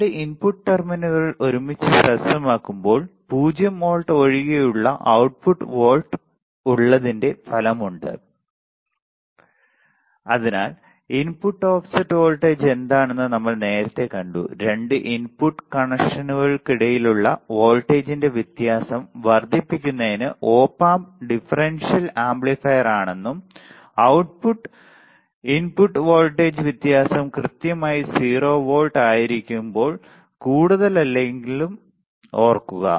2 input ടെർമിനലുകൾ ഒരുമിച്ച് ഹ്രസ്വമാക്കുമ്പോൾ 0 വോൾട്ട് ഒഴികെയുള്ള output വോൾട്ടേജ് ഉള്ളതിന്റെ ഫലമുണ്ട് അതിനാൽ ഇൻപുട്ട് ഓഫ്സെറ്റ് വോൾട്ടേജ് എന്താണെന്ന് നമ്മൾ നേരത്തെ കണ്ടു 2 ഇൻപുട്ട് കണക്ഷനുകൾക്കിടയിലുള്ള വോൾട്ടേജിലെ വ്യത്യാസം വർദ്ധിപ്പിക്കുന്നതിന് ഓപ്പ് ആംപ് ഡിഫറൻഷ്യൽ ആംപ്ലിഫയറാണെന്നും output ഇൻപുട്ട് വോൾട്ടേജ് വ്യത്യാസം കൃത്യമായി 0 വോൾട്ട് ആയിരിക്കുമ്പോൾ കൂടുതലല്ലെന്നും ഓർക്കുക